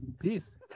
Peace